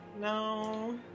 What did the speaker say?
No